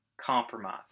compromise